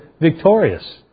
victorious